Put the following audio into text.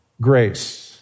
grace